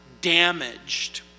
damaged